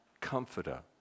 comforter